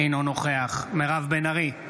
אינו נוכח מירב בן ארי,